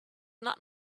not